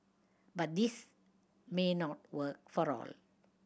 but this may not work for all